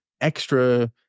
extra